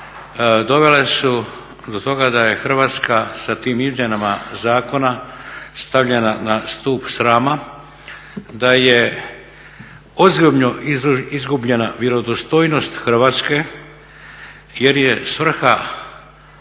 dovele su do toga da je Hrvatska sa tim izmjenama zakona stavljena na stup srama, da je ozbiljno izgubljena vjerodostojnost Hrvatske jer je svrha